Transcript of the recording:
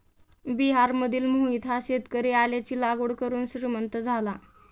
बिहारमधील मोहित हा शेतकरी आल्याची लागवड करून श्रीमंत झाला